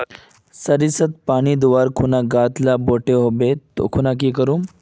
सरिसत पानी दवर बात गाज ला बोट है होबे ओ खुना की करूम?